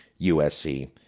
USC